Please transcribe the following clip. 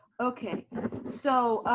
okay so,